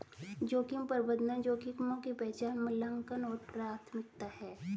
जोखिम प्रबंधन जोखिमों की पहचान मूल्यांकन और प्राथमिकता है